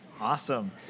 awesome